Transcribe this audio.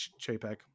chapek